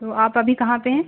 तो आप अभी कहाँ पर हैं